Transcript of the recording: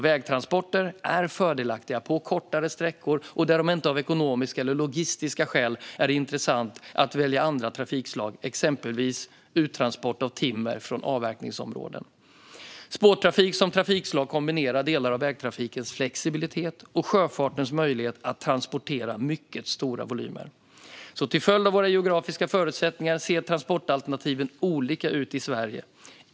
Vägtransporter är fördelaktiga på kortare sträckor och där det inte av ekonomiska eller logistiska skäl är intressant att välja andra trafikslag, exempelvis uttransport av timmer från avverkningsområden. Spårtrafik som trafikslag kombinerar delar av vägtrafikens flexibilitet och sjöfartens möjlighet att transportera mycket stora volymer. Till följd av våra geografiska förutsättningar ser transportalternativen olika ut i Sverige.